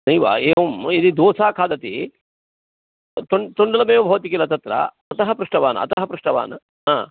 नैव एवं यदि दोसा खादति त् तण्डुलमेव भवति किल तत्र अतः पृष्टवान् अतः पृष्टवान् ह